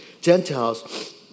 Gentiles